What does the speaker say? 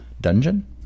dungeon